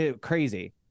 crazy